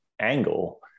angle